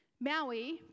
Maui